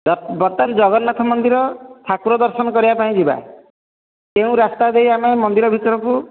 ବର୍ତ୍ତମାନ ଜଗନ୍ନାଥ ମନ୍ଦିର ଠାକୁର ଦର୍ଶନ କରିବା ପାଇଁ ଯିବା କେଉଁ ରାସ୍ତା ଦେଇ ଆମେ ମନ୍ଦିର ଭିତରକୁ